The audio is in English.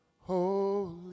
holy